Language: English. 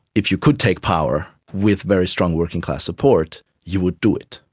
if you could take power with very strong working class support you would do it,